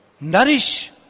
nourish